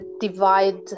divide